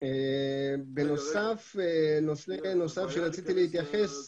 נושא נוסף אליו רציתי להתייחס,